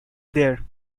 there